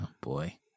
boy